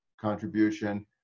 contribution